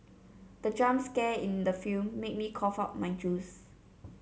the jump scare in the film made me cough out my juice